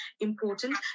important